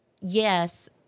yes